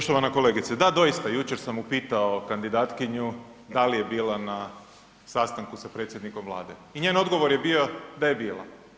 Poštovana kolegice, da doista, jučer sam upitao kandidatkinju da li je bila na sastanku sa predsjednikom Vlade i njen odgovor je bio da je bila.